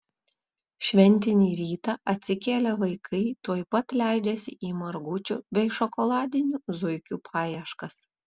šventinį rytą atsikėlę vaikai tuoj pat leidžiasi į margučių bei šokoladinių zuikių paieškas